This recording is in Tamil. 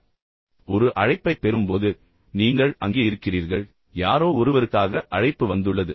இப்போது நீங்கள் ஒருவரின் சார்பாக ஒரு அழைப்பைப் பெறும்போது நீங்கள் அங்கே இருக்கிறீர்கள் யாரோ ஒருவருக்காக அழைப்பு வந்துள்ளது